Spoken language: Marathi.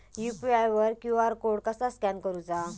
यू.पी.आय वर क्यू.आर कोड कसा स्कॅन करूचा?